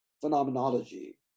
phenomenology